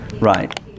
right